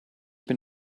bin